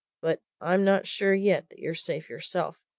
but i'm not sure yet that you're safe yourself,